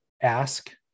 ask